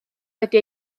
wedi